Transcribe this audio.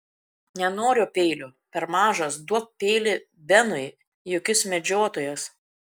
nenoriu peilio per mažas duok peilį benui juk jis medžiotojas